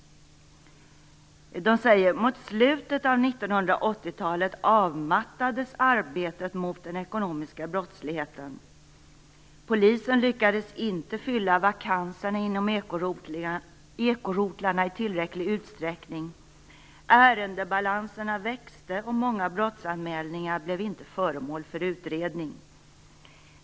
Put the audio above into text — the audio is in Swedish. Där heter det: "Mot slutet av 1980-talet avmattades arbetet mot den ekonomiska brottsligheten. Polisen lyckades inte fylla vakanserna inom ekorotlarna i tillräcklig utsträckning. Ärendebalanserna växte, och många brottsanmälningar blev inte föremål för utredning.